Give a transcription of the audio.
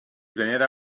venera